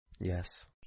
Yes